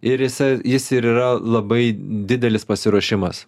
ir jis a jis ir yra labai didelis pasiruošimas